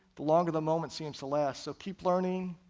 the longer the moment seems to last. so keep learning,